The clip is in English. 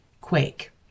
Quake